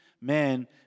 man